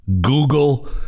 Google